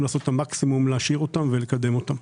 לעשות את המקסימום כדי להשאיר אותם ולקדם אותם.